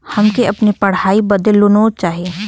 हमके अपने पढ़ाई बदे लोन लो चाही?